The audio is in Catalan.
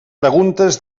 preguntes